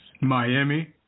Miami